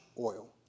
oil